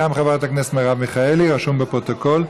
גם חברת הכנסת מרב מיכאלי, רשום בפרוטוקול.